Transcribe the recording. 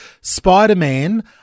Spider-Man